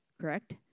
correct